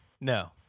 No